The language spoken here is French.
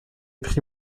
pris